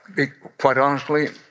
be quite honestly,